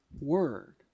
Word